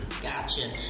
gotcha